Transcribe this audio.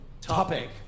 topic